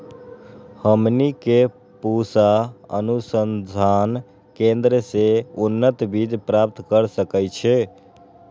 हमनी के पूसा अनुसंधान केंद्र से उन्नत बीज प्राप्त कर सकैछे?